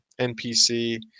NPC